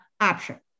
option